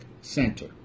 center